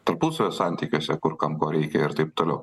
tarpusavio santykiuose kur kam ko reikia ir taip toliau